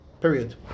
Period